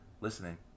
listening